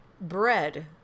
Bread